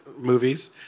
movies